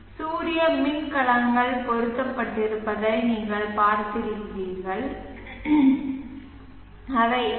சூரிய மின்கலங்கள் பொருத்தப்பட்டிருப்பதை நீங்கள் பார்த்திருப்பீர்கள் அவை ஏ